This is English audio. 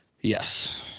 Yes